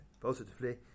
positively